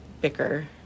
bicker